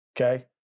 okay